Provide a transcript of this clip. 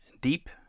Deep